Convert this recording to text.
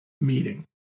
meeting